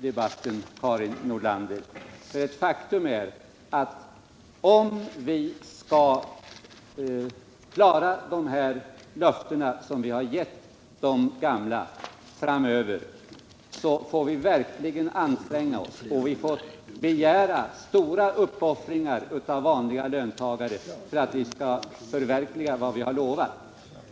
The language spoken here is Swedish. debatten, Karin Nordlander. Ett faktum är att om vi framöver skall klara de löften vi har gett de gamla får vi verkligen anstränga oss, och vi får begära stora uppoffringar av vanliga löntagare för att förverkliga vad vi har lovat.